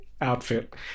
outfit